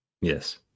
Yes